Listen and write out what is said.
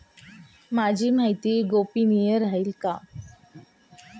माझी माहिती गोपनीय राहील का?